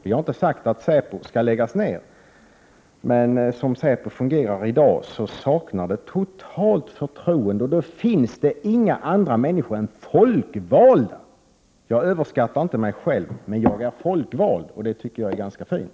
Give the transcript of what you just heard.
Vi har inte sagt att säpo skall läggas ned, men som säpo fungerar i dag saknar den totalt förtroende. Då finns det inga andra människor än folkvalda som kan utföra den här kontrollen. Jag överskattar inte mig själv, men jag är folkvald, och det tycker jag är ganska fint.